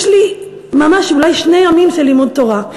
יש לי ממש אולי שני ימים של לימוד תורה.